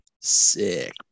sick